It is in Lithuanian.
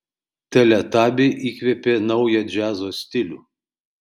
teletabiai įkvėpė naują džiazo stilių